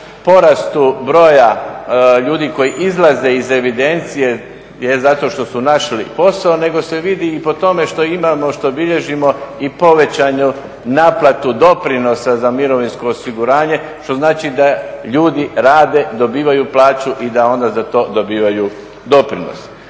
porastu broja ljudi koji izlaze iz evidencije, zato što su našli posao, nego se vidi i po tome što imamo, što bilježimo i povećanu naplatu doprinosa za mirovinsko osiguranje što znači da ljudi rade, dobivaju plaću i da onda za to dobivaju doprinos.